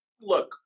look